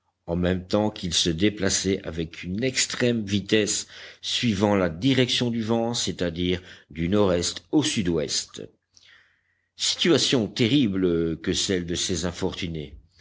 en même temps qu'il se déplaçait avec une extrême vitesse suivant la direction du vent c'est-à-dire du nord-est au sud-ouest situation terrible que celle de ces infortunés